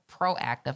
proactive